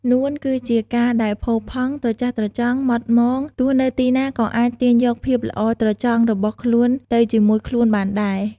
នួន គឺជាការដែលផូរផង់ ត្រចះត្រចង់ ហ្មត់ហ្មង។ ទោះនៅទីណាក៏អាចទាញយកភាពល្អត្រចង់របស់ខ្លួនទៅជាមួយខ្លួនបានដែរ។